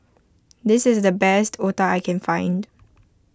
this is the best Otah I can find